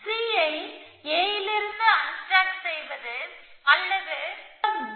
C ஐ A இலிருந்து unstack செய்வது அல்லது பிக்கப் B